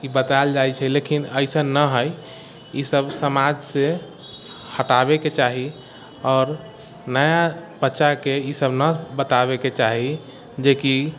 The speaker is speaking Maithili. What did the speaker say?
ई बतायल जाइत छै लेकिन अइसन नहि हइ ई सब समाज से हटाबेके चाही आओर नया बच्चाके ई सबमे नहि बताबैके चाही जेकि